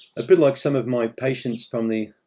a bit like some of my patients from the.